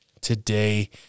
today